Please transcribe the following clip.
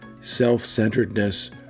self-centeredness